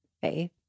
faith